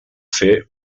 fer